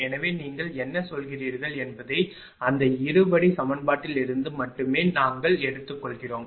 எனவே நீங்கள் என்ன சொல்கிறீர்கள் என்பதை அந்த இருபடி சமன்பாட்டிலிருந்து மட்டுமே நாங்கள் எடுத்துக்கொள்கிறோம்